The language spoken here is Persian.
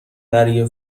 برای